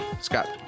Scott